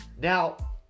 now